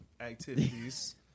activities